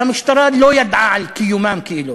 והמשטרה לא ידעה על קיומם כאילו?